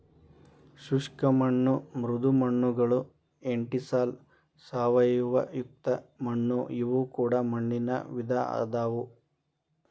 ಶುಷ್ಕ ಮಣ್ಣು ಮೃದು ಮಣ್ಣುಗಳು ಎಂಟಿಸಾಲ್ ಸಾವಯವಯುಕ್ತ ಮಣ್ಣು ಇವು ಕೂಡ ಮಣ್ಣಿನ ವಿಧ ಅದಾವು